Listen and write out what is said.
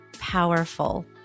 powerful